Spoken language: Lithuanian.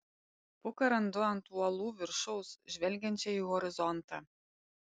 puką randu ant uolų viršaus žvelgiančią į horizontą